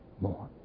more